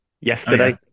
yesterday